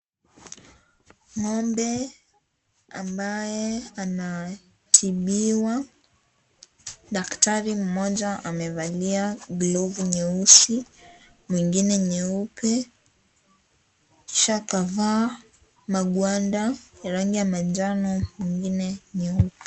Ng'ombe, ambaye anatibiwa. Daktari mmoja amevalia glove nyeusi, mwingine nyeupe, kisha kavaa magwanda ya rangi ya manjano, mengine nyeupe.